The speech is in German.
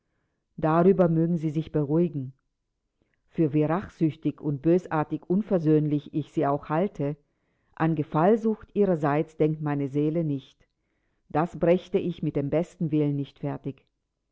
darüber mögen sie sich beruhigen für wie rachsüchtig und bösartig unversöhnlich ich sie auch halte an gefallsucht ihrerseits denkt meine seele nicht das brächte ich mit dem besten willen nicht fertig